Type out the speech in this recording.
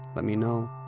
let me know.